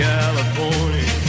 California